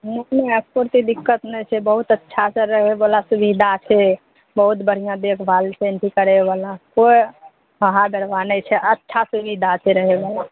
नहि एकोरत्ती दिक्कत नहि छै बहुत अच्छासे रहैवला सुविधा छै बहुत बढ़िआँ देखभाल छै करैवला कोइ हा हा बेरबा नहि छै अच्छा सुविधा छै रहैवला